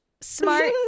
Smart